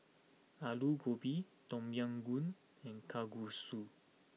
Alu Gobi Tom Yam Goong and Kalguksu